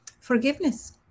Forgiveness